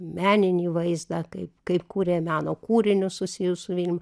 meninį vaizdą kaip kaip kūrė meno kūrinius susijus su vilnium